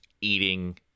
eating